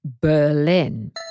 Berlin